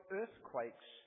earthquakes